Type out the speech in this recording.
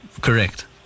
correct